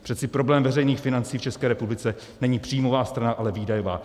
Přece problém veřejných financí v České republice není příjmová strana, ale výdajová.